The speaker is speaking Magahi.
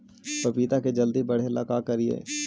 पपिता के जल्दी बढ़े ल का करिअई?